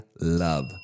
love